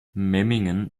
memmingen